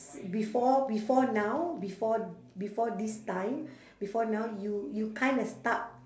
before before now before before this time before now you you kind of stuck